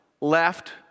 left